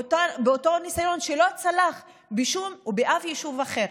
באותו ניסיון שלא צלח באף יישוב אחר.